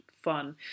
fun